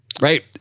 right